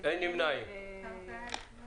הצבעה בעד